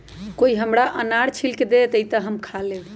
कोई हमरा अनार छील के दे दे, तो हम खा लेबऊ